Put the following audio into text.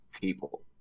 people